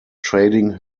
trading